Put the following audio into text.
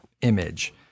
image